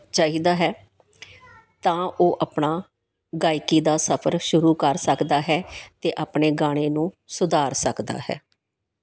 ਚਾਹੀਦਾ ਹੈ ਤਾਂ ਉਹ ਆਪਣਾ ਗਾਇਕੀ ਦਾ ਸਫਰ ਸ਼ੁਰੂ ਕਰ ਸਕਦਾ ਹੈ ਅਤੇ ਆਪਣੇ ਗਾਣੇ ਨੂੰ ਸੁਧਾਰ ਸਕਦਾ ਹੈ